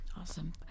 awesome